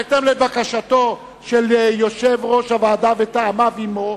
בהתאם לבקשתו של יושב-ראש הוועדה וטעמיו אתו,